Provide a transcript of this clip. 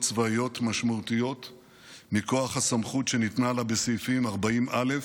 צבאיות משמעותיות מכוח הסמכות שניתנה לה בסעיפים 40(א)